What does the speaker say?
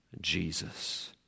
Jesus